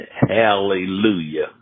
Hallelujah